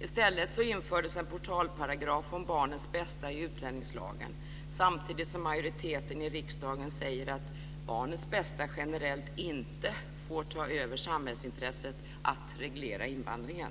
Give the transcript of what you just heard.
I stället infördes en portalparagraf om barnets bästa i utlänningslagen, samtidigt som majoriteten i riksdagen säger att barnets bästa generellt inte får ta över samhällsintresset att reglera invandringen.